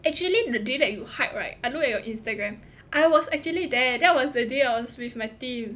actually the day that you hiked right I look at your Instagram I was actually there that was the day I was with my team